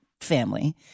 family